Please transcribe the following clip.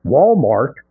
Walmart